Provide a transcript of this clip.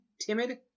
timid